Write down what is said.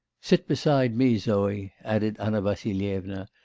sit beside me, zoe added anna vassilyevna,